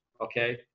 okay